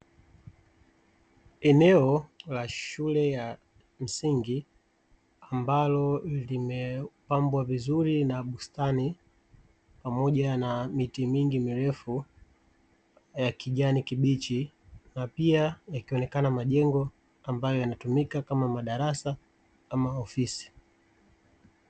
Eneo la shule ya msingi; ambalo limepambwa vizuri na bustani pamoja na miti mingi mirefu ya kijani kibichi, na pia yakionekana majengo ambayo yanatumika kama madarasa au ofisi.